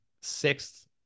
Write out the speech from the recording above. sixth